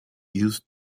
used